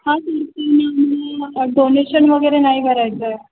हां डोनेशन वगैरे नाही भरायचं आहे